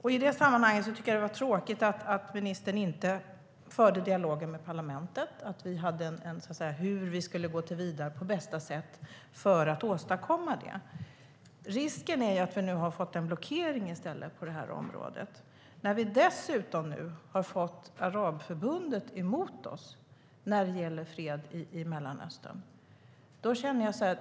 I det sammanhanget var det tråkigt att ministern inte förde dialogen med parlamentet om hur vi skulle gå vidare på bästa sätt för att åstadkomma det. Risken är att vi nu i stället har fått en blockering på det här området. Vi har dessutom fått Arabförbundet emot oss när det gäller fred i Mellanöstern.